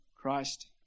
Christ